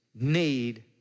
need